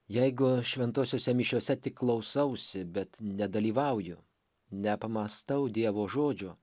jeigu šventosiose mišiose tik klausausi bet nedalyvauju nepamąstau dievo žodžio